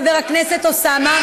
חבר הכנסת אוסאמה.